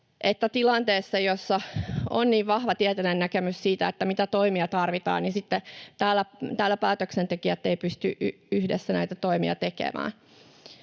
tilanteessa, jossa on niin vahva tietoinen näkemys siitä, mitä toimia tarvitaan, täällä päätöksentekijät eivät sitten pysty yhdessä näitä toimia tekemään.